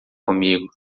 comigo